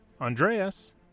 Andreas